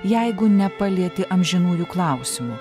jeigu nepalieti amžinųjų klausimų